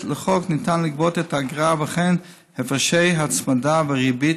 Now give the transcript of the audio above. לחוק ניתן לגבות את האגרה וכן הפרשי הצמדה וריבית